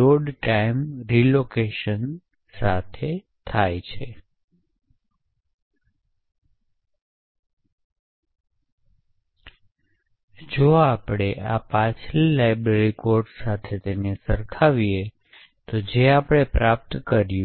load time relocation સાથે છે જો આપણે આ પાછલા લાઇબ્રેરી કોડ સાથે સરખાવીએ છીએ જે આપણે પ્રાપ્ત કર્યું છે